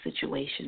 situation